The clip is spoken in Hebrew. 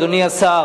אדוני השר,